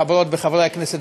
חברות וחברי הכנסת,